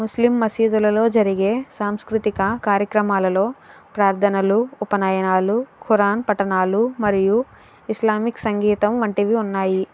ముస్లీం మసీదులలో జరిగే సాంస్కృతిక కార్యక్రమాలలో ప్రార్ధనలు ఉపనయనాలు ఖురాన్ పఠనాలు మరియు ఇస్లామిక్ సంగీతం వంటివి ఉన్నాయి